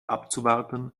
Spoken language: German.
abzuwarten